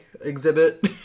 exhibit